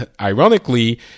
ironically